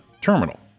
terminal